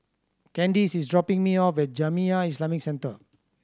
Candice is dropping me off at Jamiyah Islamic Centre